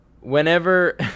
Whenever